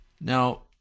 Now